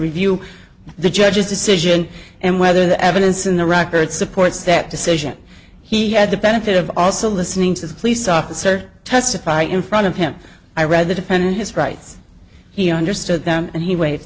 review the judge's decision and whether the evidence in the record supports that decision he had the benefit of also listening to the police officer testify in front of him i read the defendant his rights he understood them and he wai